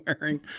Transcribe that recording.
wearing